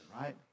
right